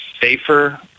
safer